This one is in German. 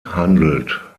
handelt